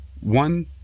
one